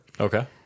okay